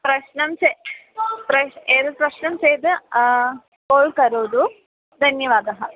प्रश्नं चेत् प्रश्नं एतत् प्रश्नं चेत् कोल् करोतु धन्यवादः